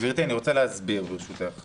גברתי, אני רוצה להסביר במשפט.